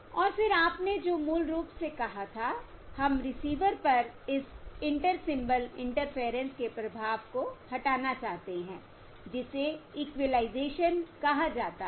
और फिर आपने जो मूल रूप से कहा था हम रिसीवर पर इस इंटर सिंबल इंटरफेयरेंस के प्रभाव को हटाना चाहते हैं जिसे इक्विलाइज़ेशन कहा जाता है